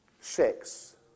Six